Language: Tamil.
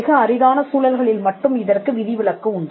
மிக அரிதான சூழல்களில் மட்டும் இதற்கு விதிவிலக்கு உண்டு